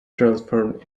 transformed